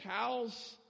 cows